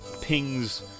pings